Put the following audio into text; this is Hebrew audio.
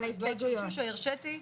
אני פותחת את הדיון של ועדת העבודה והרווחה.